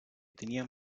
tenían